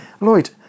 Lloyd